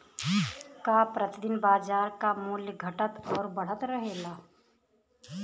का प्रति दिन बाजार क मूल्य घटत और बढ़त रहेला?